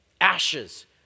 Ashes